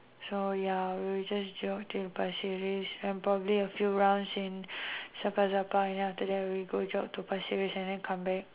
so ya I will just jog in Pasir-Ris and probably a few rounds in sun plaza park and then after that we go jog to Pasir-Ris and then come back